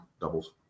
doubles